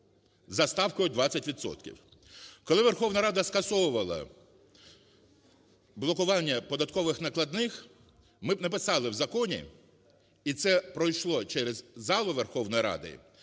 за ставкою 20 відсотків. Коли Верховна Рада скасовувала блокування податкових накладних, ми написали в законі і це пройшло через залу Верховної Ради,